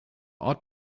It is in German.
ort